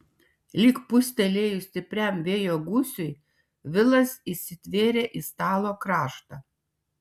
lyg pūstelėjus stipriam vėjo gūsiui vilas įsitvėrė į stalo kraštą